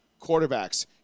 Quarterbacks